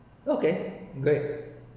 okay great